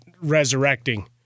resurrecting